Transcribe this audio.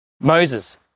Moses